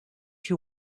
you